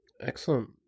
excellent